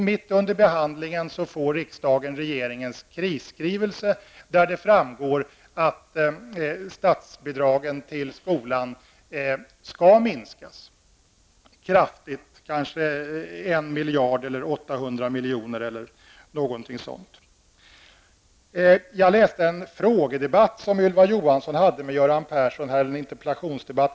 Mitt under behandlingen får dock riksdagen regeringens krisskrivelse, där det framgår att statsbidragen till skolan skall minskas kraftigt -- med 1 miljard, 800 miljoner eller något sådant. Jag läste en fråge eller möjligen en interpellationsdebatt som Ylva Johansson hade med Göran Persson.